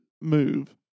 move